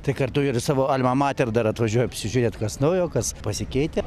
tai kartu ir savo alma mater dar atvažiuoju apsižiūrėt kas naujo kas pasikeitę